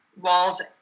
walls